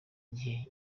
gihe